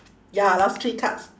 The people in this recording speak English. ya last three cards